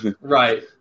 right